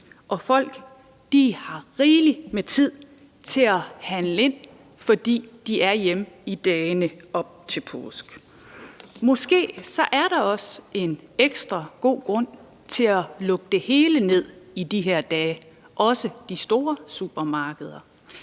og folk har rigeligt med tid til at handle ind, fordi de er hjemme i dagene op til påske. Måske er der også en ekstra god grund til at lukke det hele ned i de her dage, også de store supermarkeder.